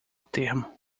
termo